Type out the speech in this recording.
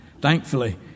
thankfully